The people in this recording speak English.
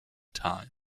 time